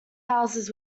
houses